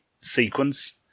sequence